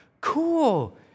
Cool